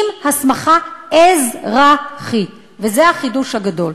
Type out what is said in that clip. עם הסמכה אזרחית, וזה החידוש הגדול.